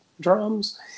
drums